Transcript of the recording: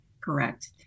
Correct